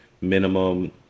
minimum